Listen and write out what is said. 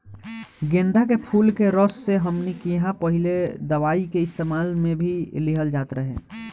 गेन्दा के फुल के रस से हमनी किहां पहिले दवाई के इस्तेमाल मे भी लिहल जात रहे